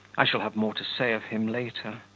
i shall have more to say of him later.